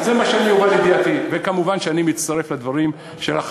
הוא אמר דברים הרבה יותר גרועים,